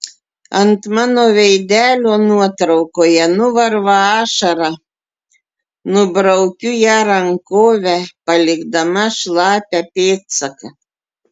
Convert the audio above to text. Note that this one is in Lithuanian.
ant mano veidelio nuotraukoje nuvarva ašara nubraukiu ją rankove palikdama šlapią pėdsaką